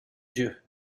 dieu